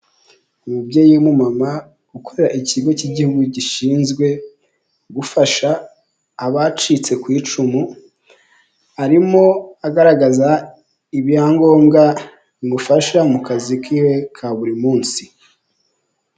Umubyeyi w'umumama ukorera ikigo k'igihugu gishinzwe gufasha abacitse ku icumu, arimo agaragaza ibyangombwa bimufasha mu kazi keiwe ka buri munsi.